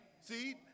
See